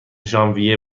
ژانویه